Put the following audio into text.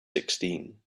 sixteen